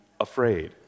afraid